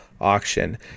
auction